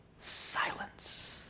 silence